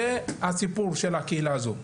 זה הסיפור של הקהילה הזו,